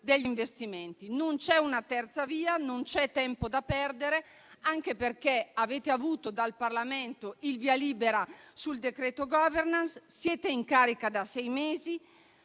degli investimenti. Non c'è una terza via, non c'è tempo da perdere, anche perché avete avuto dal Parlamento il via libera sul decreto *governance;* siete in carica da sei mesi;